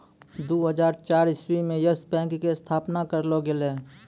दु हजार चार इस्वी मे यस बैंक के स्थापना करलो गेलै